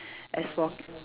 as for